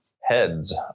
heads